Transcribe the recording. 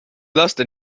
laste